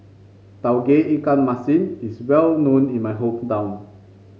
Tauge Ikan Masin is well known in my hometown